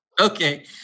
Okay